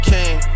King